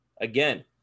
Again